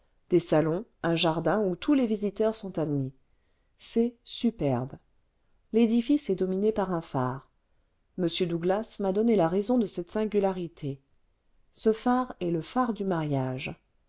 des salons un jardin où tous les visiteurs sont admis c'est superbe l'édifice est dominé par un phare m douglas m'a donné la raison de cette singularité ce phare est le phare du mariage